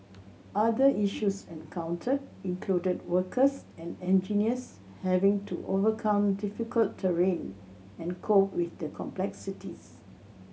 other issues encountered included workers and engineers having to overcome difficult terrain and cope with the complexities